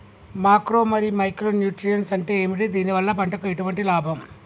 Macro మరియు micro nutrients అంటే ఏమిటి? దీనివల్ల పంటకు ఎటువంటి లాభం?